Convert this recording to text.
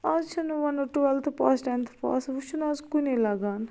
آز چھِ نہ ونُن ٹُویلتھٕ پاس ٹینتھٕ پاس یہ چھُ نہ آز کُنے لگان